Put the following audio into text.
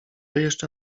jeszcze